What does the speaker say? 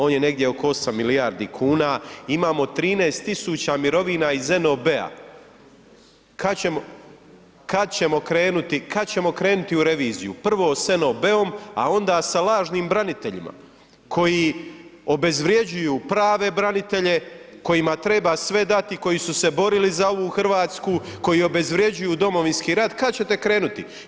On je negdje oko 8 milijardi kuna, imamo 13.000 mirovina iz NOB-a, kad ćemo krenuti, kad ćemo krenuti u reviziju, prvo s NOB-om, a onda sa lažnim braniteljima koji obezvrjeđuju prave branitelje kojima treba sve dati, koji su se borili za ovu Hrvatsku, koji obezvrjeđuju Domovinski rat, kad ćete krenuti?